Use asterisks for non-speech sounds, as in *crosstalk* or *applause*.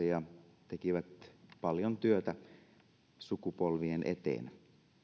*unintelligible* ja tekivät paljon työtä sukupolvien eteen